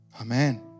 Amen